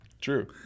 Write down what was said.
true